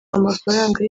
amafaranga